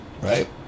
right